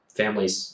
families